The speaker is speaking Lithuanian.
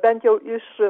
bent jau iš